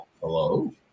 hello